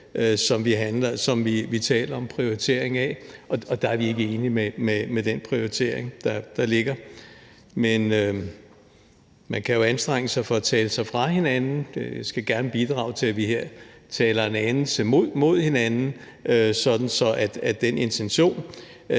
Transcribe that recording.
som vi taler om prioritering af, og der er vi ikke enige i den prioritering, der ligger. Man kan anstrenge sig for at tale sig fra hinanden, men jeg skal gerne bidrage til, at vi her taler os en anelse tættere på hinanden, for den intention,